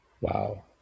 Wow